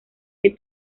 que